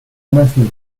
methods